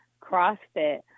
CrossFit